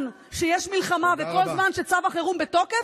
שיש מלחמה וכל זמן שצו החירום בתוקף,